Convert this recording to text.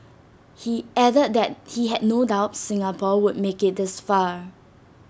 he added that he had no doubt Singapore would make IT this far